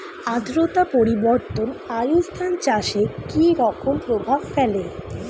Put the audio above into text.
আদ্রতা পরিবর্তন আউশ ধান চাষে কি রকম প্রভাব ফেলে?